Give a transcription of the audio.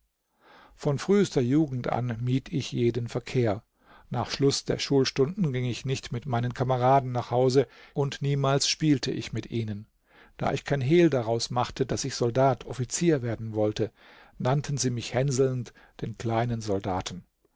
von frühester jugend an mied ich jeden verkehr nach schluß der schulstunden ging ich nicht mit meinen kameraden nach hause und niemals spielte ich mit ihnen da ich kein hehl daraus machte daß ich soldat offizier werden wollte nannten sie mich hänselnd den kleinen soldaten